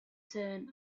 turn